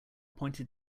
pointed